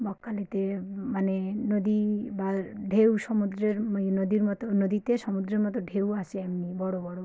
বকখালিতে মানে নদী বা ঢেউ সমুদ্রের নদীর মতো নদীতে সমুদ্রের মতো ঢেউ আসে এমনি বড় বড়